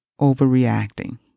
overreacting